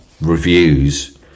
reviews